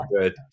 good